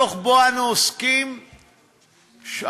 הדוח שאנו עוסקים בו,